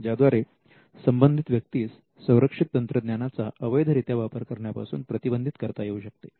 ज्याद्वारे संबंधित व्यक्तीस संरक्षित तंत्रज्ञानाचा अवैधरित्या वापर करण्यापासून प्रतिबंधित करता येऊ शकते